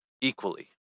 equally